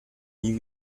nie